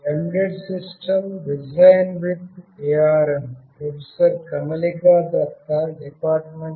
వారం 8 కు స్వాగతం